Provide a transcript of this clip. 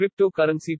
cryptocurrency